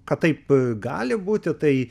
kad taip gali būti tai